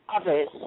others